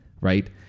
Right